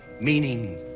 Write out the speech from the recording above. meaning